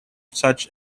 such